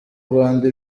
rwanda